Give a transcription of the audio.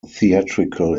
theatrical